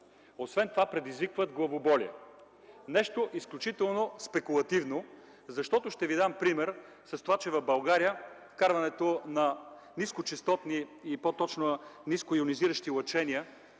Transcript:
Освен това предизвикват главоболие – нещо изключително спекулативно. Ще ви дам пример с това, че в България вкарването на ниско честотни и по-точно ниско йонизиращи лъчения